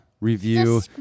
review